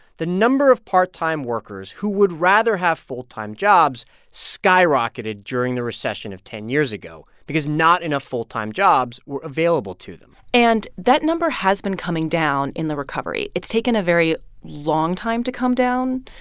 the number of part-time workers who would rather have full-time jobs skyrocketed during the recession of ten years ago because not enough full-time jobs were available to them and that number has been coming down in the recovery. it's taken a very long time to come down.